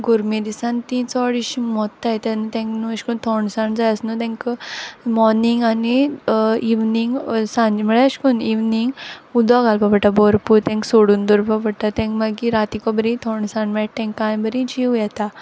गोरमे दिसान तीं चोड अेश मोत्ताय कित्याक तेंक न्हू अेश कोन्न थोंडसाण जाय आसत न्हू तेंक मॉर्निंग आनी इवनिंग सांज म्हूळ्यार अेश कोन्न इवनींग उदो घालपा पोडटा भोरपूर तेंक सोडून दोरपा पोडटा तेंक मागीर रातीको बोरी थोंडसाण मेट तेंकां आनी बोरी जीव येता